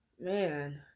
Man